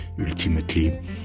ultimately